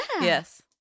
yes